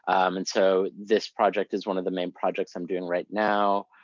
and so this project is one of the main projects i'm doing right now.